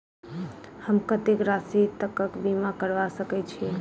हम कत्तेक राशि तकक बीमा करबा सकै छी?